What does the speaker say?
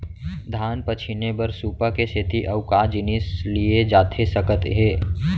धान पछिने बर सुपा के सेती अऊ का जिनिस लिए जाथे सकत हे?